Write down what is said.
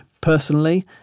Personally